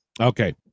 Okay